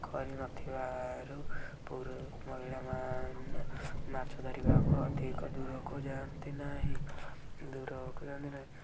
ପୋଖରୀ ନଥିବାରୁ ପୁରୁ ମହିଳାମାନେ ମାଛ ଧରିବାକୁ ଅଧିକ ଦୂରକୁ ଯାଆନ୍ତି ନାହିଁ ଦୂରକୁ ଯାଆନ୍ତି ନାହିଁ